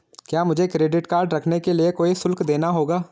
क्या मुझे credit card रखने के लिए कोई शुल्क देना होगा?